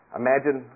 imagine